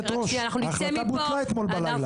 ההחלטה בוטלה אתמול בלילה.